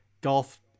golf